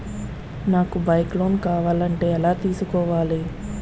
నాకు bike loan కావాలంటే ఎలా తీసుకోవాలి?